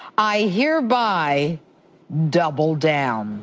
i hereby double down